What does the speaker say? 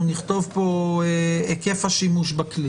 אנחנו נכתוב פה היקף השימוש בכלי